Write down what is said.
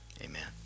amen